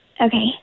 Okay